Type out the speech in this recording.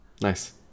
Nice